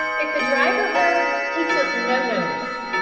if the driver heard he took no notice.